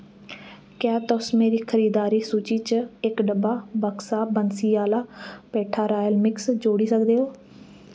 क्या तुस मेरी खरीदारी सूची च इक डब्बा बक्सा बंसीवाला पेठा रायल मिक्स जोड़ी सकदे ओ